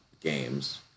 games